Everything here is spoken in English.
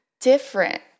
different